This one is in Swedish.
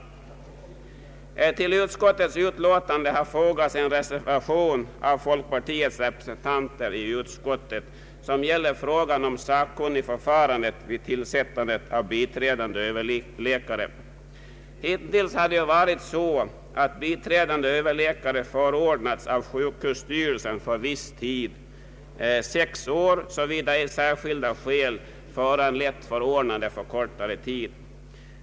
Till utskottets utlåtande har fogats en reservation av folkpartiets representanter i utskottet. Den gäller frågan om sakkunnigförfarandet vid tillsättandet av biträdande överläkare. Hittills har det varit så, att biträdande överläkare förordnats av sjukvårdsstyrelsen för viss tid, nämligen sex år, såvida ej särskilda skäl föranlett förordnande för kortare tid.